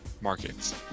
markets